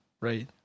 right